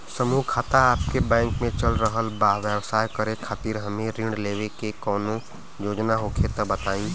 समूह खाता आपके बैंक मे चल रहल बा ब्यवसाय करे खातिर हमे ऋण लेवे के कौनो योजना होखे त बताई?